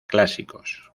clásicos